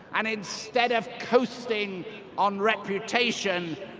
and instead of coasting on reputation,